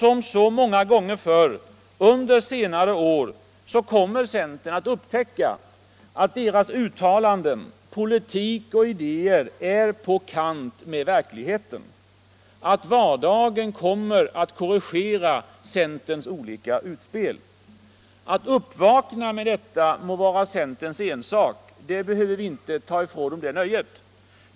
Som så många gånger förr under senare år kommer centern att upptäcka att deras uttalanden, politik och idéer är på kant med verkligheten, att vardagen kommer att korrigera centerns olika utspel. Att vakna upp med detta må vara centerns ensak — det nöjet behöver vi inte ta ifrån det partiet.